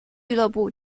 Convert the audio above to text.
俱乐部